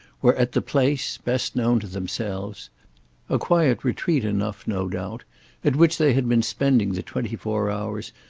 were at the place, best known to themselves a quiet retreat enough, no doubt at which they had been spending the twenty-four hours,